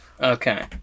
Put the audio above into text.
Okay